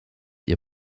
ihr